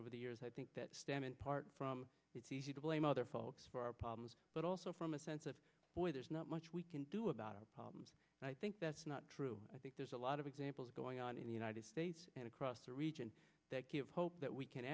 over the years i think that stem in part from it's easy to blame other folks for our problems but also from a sense of boy there's not much we can do about our problems and i think that's not true i think there's a lot of examples going on in the united states and across the region that give hope that we can